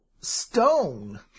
stone